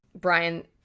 Brian